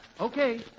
Okay